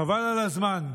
חבל על הזמן: